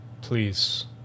Please